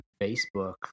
Facebook